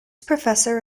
professor